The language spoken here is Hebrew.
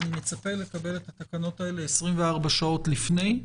אני אצפה לקבל את התקנות האלה 24 שעות לפני.